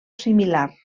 similar